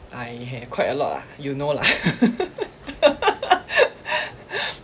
I have quite a lot ah you know lah